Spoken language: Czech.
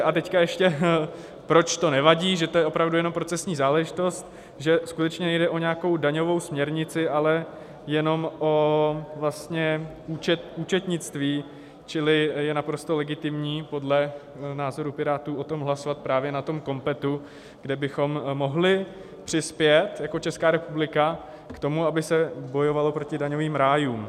A teď ještě proč to nevadí, že to je opravdu jen procesní záležitost, že skutečně nejde o nějakou daňovou směrnici, ale jenom o účetnictví, čili je naprosto legitimní podle názoru Pirátů o tom hlasovat právě na tom COMPETu, kde bychom mohli přispět jako Česká republika k tomu, aby se bojovalo proti daňovým rájům.